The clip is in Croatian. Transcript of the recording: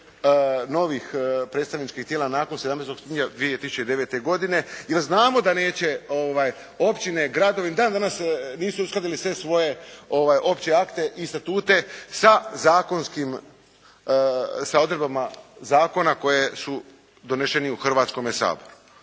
novih predstavničkih tijela nakon 17. …/Govornik se ne razumije./… 2009. godine, jer znamo da neće općine, gradovi, ni dan danas nisu uskladili sve svoje opće akte i statute sa zakonskim, sa odredbama zakona koje su doneseni u Hrvatskome saboru.